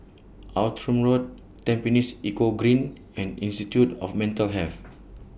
Outram Road Tampines Eco Green and Institute of Mental Health